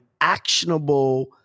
actionable